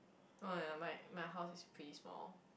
oh ya my my house is pretty small